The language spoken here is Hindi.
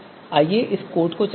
आइए इस कोड को चलाते हैं